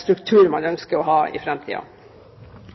struktur man